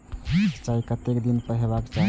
सिंचाई कतेक दिन पर हेबाक चाही?